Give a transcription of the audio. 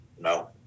No